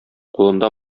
кулында